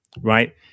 right